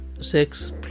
six